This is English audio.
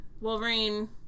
Wolverine